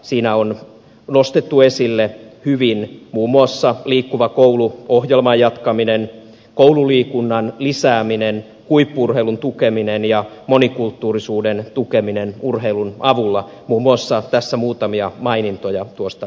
siinä on nostettu esille hyvin muun muassa liikkuva koulu ohjelman jatkaminen koululiikunnan lisääminen huippu urheilun tukeminen ja monikulttuurisuuden tukeminen urheilun avulla tässä muutamia mainintoja tuosta liikunnasta